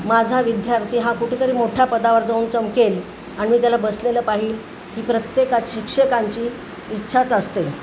माझा विध्यार्थी हा कुठेतरी मोठ्या पदावर जाऊन चमकेल आणि मी त्याला बसलेलं पाहील ही प्रत्येकाची शिक्षकांची इच्छाच असते